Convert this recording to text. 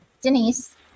Denise